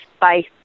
Bye